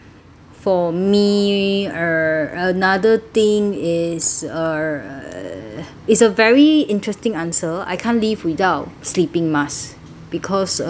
for me err another thing is err is a very interesting answer I can't live without sleeping mask because uh